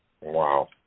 Wow